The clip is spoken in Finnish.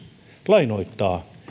lainoittaa